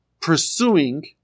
pursuing